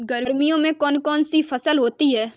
गर्मियों में कौन कौन सी फसल होती है?